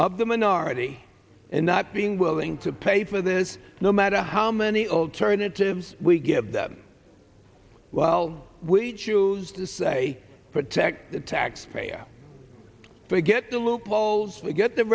of the minority and not being willing to pay for this no matter how many alternatives we give them well we choose to say protect the taxpayer forget the look balls get the